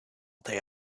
day